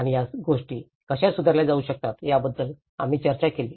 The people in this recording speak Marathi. आणि या गोष्टी कशा सुधारल्या जाऊ शकतात याबद्दल आम्ही चर्चा केली